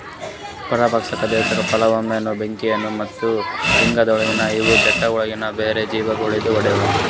ಪರಭಕ್ಷ, ದಂಶಕ್, ಪರಾವಲಂಬಿ, ಬ್ಯಾಕ್ಟೀರಿಯಾ ಮತ್ತ್ ಶ್ರೀಲಿಂಧಗೊಳ್ ಇವು ಕೀಟಗೊಳಿಗ್ ಬ್ಯಾರೆ ಜೀವಿ ಗೊಳಿಂದ್ ಹೊಡೆದು